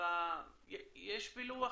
יש פילוח